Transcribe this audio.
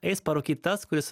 eis parūkyt tas kuris